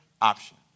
option